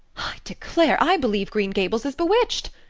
declare i believe green gables is bewitched.